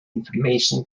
information